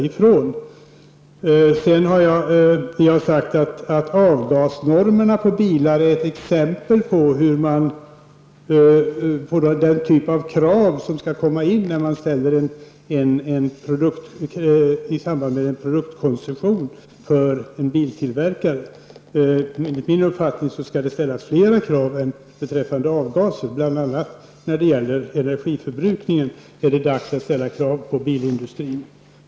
Jag har sagt att krav när det gäller avgasnormerna på bilarna är ett exempel på den typ av krav som skall vägas in i samband med produktkoncession för biltillverkarna. Enligt min uppfattning skall det ställas högre krav än beträffande avgaser. Bl.a. när det gäller energiförbrukningen är det dags att ställa krav på bilindustrin.